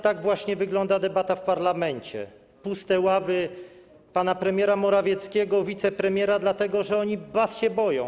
Tak właśnie wygląda debata w parlamencie, puste ławy pana premiera Morawieckiego, wicepremiera, dlatego że oni was się boją.